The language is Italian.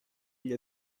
gli